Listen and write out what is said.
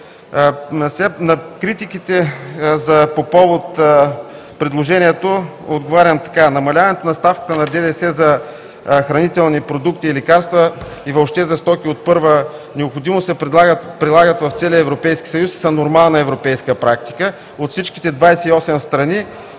На критиките по повод предложението отговарям така: намаляването на ставката на ДДС за хранителни продукти и лекарства и въобще за стоки от първа необходимост се прилагат в целия Европейския съюз и са нормална европейска практика. От всички 28 страни